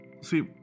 see